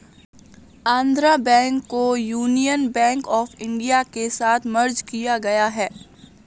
Andhra bank को union bank of India के साथ मर्ज किया गया है